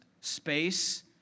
space